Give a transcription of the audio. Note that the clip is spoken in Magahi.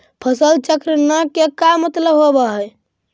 फसल चक्र न के का मतलब होब है?